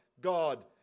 God